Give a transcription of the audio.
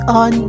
on